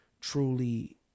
truly